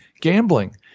gambling